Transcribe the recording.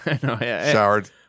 Showered